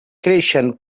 creixen